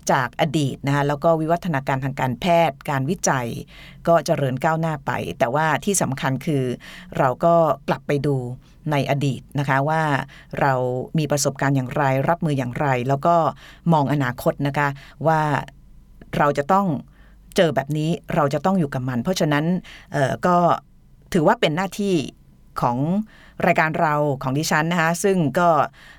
จากอดีตนะคะ แล้วก็วิวัฒนาการทางการแพทย์การวิจัยก็เจริญก้าวหน้าไป แต่ว่าที่สำคัญคือเราก็กลับไปดูในอดีตนะคะ ว่าเรามีประสบการณ์อย่างไรรับมืออย่างไร แล้วก็มองอนาคตนะคะ ว่าเราจะต้องเจอแบบนี้เราจะต้องอยู่กับมัน เพราะฉะนั้น เอ่อ ก็ถือว่าเป็นหน้าที่ของรายการเราของดิฉันนะคะ ซึ่งก็